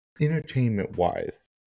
entertainment-wise